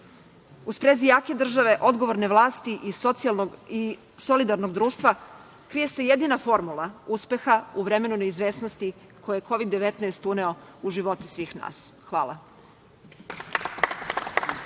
sprezi jake države, odgovorne vlasti i solidarnog društva, krije se jedina formula uspeha u vremenu neizvesnosti koje je Kovid 19 uneo u živote svih nas. Hvala.